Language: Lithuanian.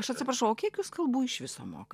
aš atsiprašau o kiek jūs kalbų iš viso mokat